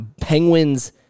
Penguins